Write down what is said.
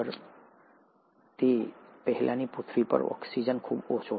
તમે જોશો કે પહેલાની પૃથ્વી પર ઓક્સિજન ખૂબ ઓછો હતો